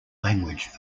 language